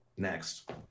next